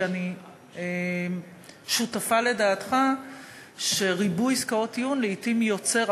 כי אני שותפה לדעתך שריבוי עסקאות טיעון לעתים יוצר,